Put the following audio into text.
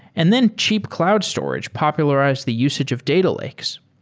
and then cheap cloud storage popularized the usage of data lakes.